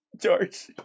George